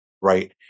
right